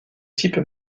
type